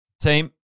team